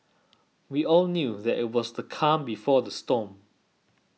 we all knew that it was the calm before the storm